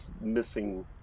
missing